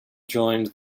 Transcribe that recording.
joined